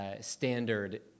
Standard